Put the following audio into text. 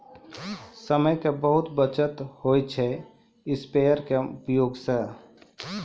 समय के बहुत बचत होय छै स्प्रेयर के उपयोग स